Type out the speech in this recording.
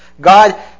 God